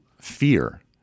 fear